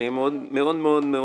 אני אהיה מאוד מאוד קצר.